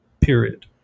Period